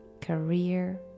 career